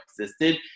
existed